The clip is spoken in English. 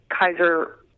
Kaiser